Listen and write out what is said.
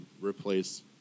replace